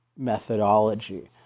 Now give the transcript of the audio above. methodology